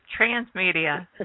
transmedia